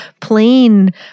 plain